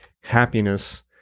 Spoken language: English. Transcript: happiness